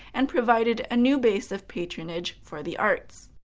and provided a new base of patronage for the arts.